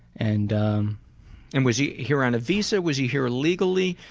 and um and was he here on a visa? was he here illegally?